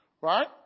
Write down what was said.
Right